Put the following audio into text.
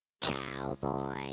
Cowboy